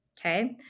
Okay